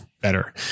better